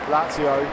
Lazio